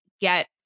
get